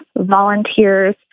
volunteers